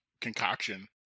concoction